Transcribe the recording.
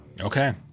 Okay